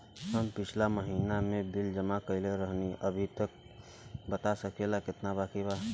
हम पिछला महीना में बिल जमा कइले रनि अभी बता सकेला केतना बाकि बा?